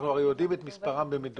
אנחנו הרי יודעים את מספר החולים במדויק,